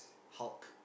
hulk